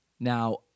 Now